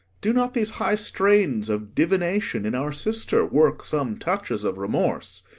do not these high strains of divination in our sister work some touches of remorse,